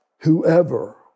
...whoever